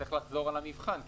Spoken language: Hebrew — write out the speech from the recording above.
צריך לחזור על המבחן,